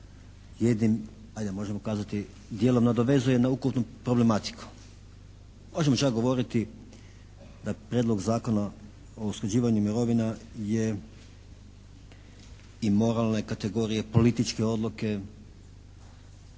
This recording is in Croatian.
jednim ajde možemo kazati, dijelom nadovezuje na ukupnu problematiku. Možemo čak govoriti da prijedlog zakona o usklađivanju mirovina je i moralne kategorije, političke odluke.